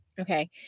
Okay